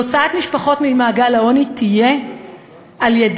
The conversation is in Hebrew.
והוצאת משפחות ממעגל העוני תהיה על-ידי